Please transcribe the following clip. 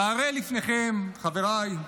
והרי לפניכם, חבריי,